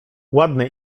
ładny